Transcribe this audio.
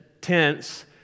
tents